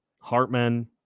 Hartman